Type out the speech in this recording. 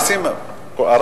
הם לא משלמים מסים.